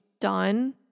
done